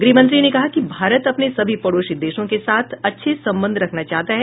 गृहमंत्री ने कहा कि भारत अपने सभी पड़ोसी देशों के साथ अच्छे संबंध रखना चाहता है